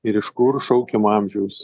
ir iš kur šaukiamo amžiaus